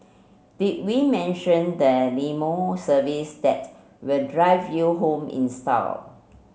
did we mention the limo service that will drive you home in style